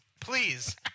please